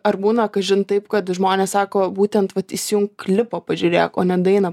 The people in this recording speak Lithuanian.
ar būna kažin taip kad žmonės sako būtent vat įsijunk klipą pažiūrėk o ne dainą